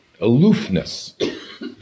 aloofness